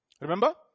Remember